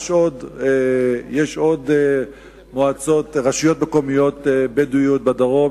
יש עוד רשויות מקומיות בדואיות בדרום,